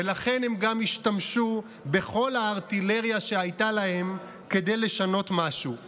ולכן הם גם השתמשו בכל הארטילריה שהייתה להם כדי לשנות משהו,